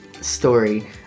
story